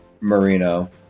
Marino